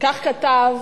כך כתב